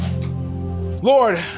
Lord